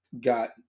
got